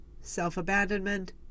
self-abandonment